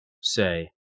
say